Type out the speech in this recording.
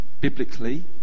Biblically